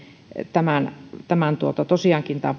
tosiaankin tämän